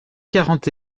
quarante